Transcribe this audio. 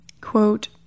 Quote